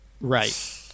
Right